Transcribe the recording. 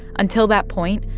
until that point,